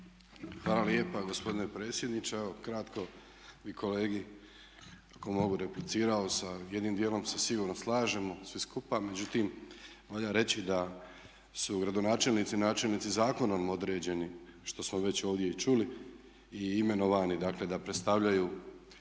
Hvala lijepa gospodine predsjedniče. Evo kratko bih kolegi ako mogu replicirao. Sa jednim dijelom se sigurno slažemo svi skupa. Međutim, valja reći da su gradonačelnici i načelnici zakonom određeni što smo već ovdje i čuli i imenovani dakle da predstavljaju,